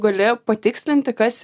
gali patikslinti kas